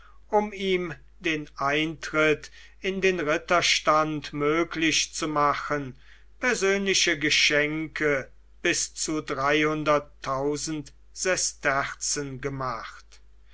um ihm den eintritt in den ritterstand möglich zu machen persönliche geschenke bis zu sesterzen gemacht